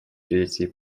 третьей